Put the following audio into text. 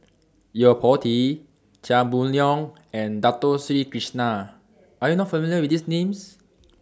Yo Po Tee Chia Boon Leong and Dato Sri Krishna Are YOU not familiar with These Names